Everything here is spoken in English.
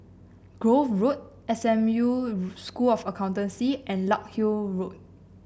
Grove Road S M U School of Accountancy and Larkhill Road